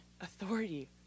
authority